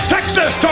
Texas